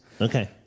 Okay